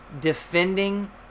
defending